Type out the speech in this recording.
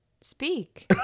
Speak